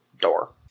door